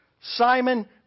Simon